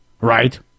right